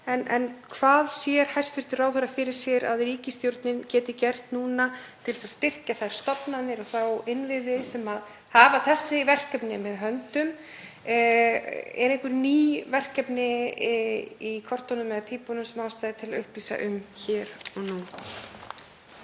En hvað sér hæstv. ráðherra fyrir sér að ríkisstjórnin geti gert núna til að styrkja þær stofnanir og þá innviði sem hafa þessi verkefni með höndum? Eru einhver ný verkefni í pípunum sem ástæða er til að upplýsa um hér og nú?